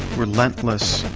relentless,